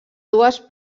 dues